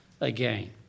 again